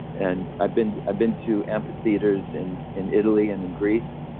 and i've been ah been to amphitheaters in in italy and in greece,